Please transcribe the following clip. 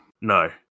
No